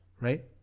right